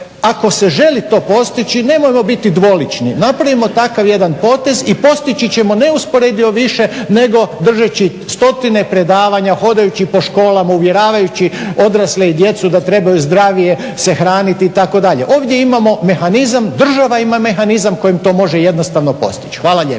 ako se želi to postići, nemojmo biti dvolični. Napravimo takav jedan potez i postići ćemo neusporedivo više nego držeći stotine predavanja, hodajući po školama, uvjeravajući odrasle i djecu da trebaju zdravije se hraniti itd.. Ovdje imamo mehanizam, država ima mehanizam kojim to može jednostavno postići. Hvala lijepo.